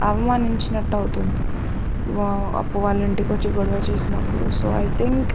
అవమానించినట్టు అవుతుంది అప్పువాళ్ళు వచ్చి ఇంటికివచ్చి గొడవ చేసినప్పుడు సో ఐ థింక్